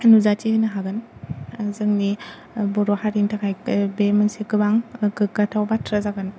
नुजाथि होनो हागोन आरो जोंनि बर' हारिनि थाखाय बे मोनसे गोबां गोग्गाथाव बाथ्रा जागोन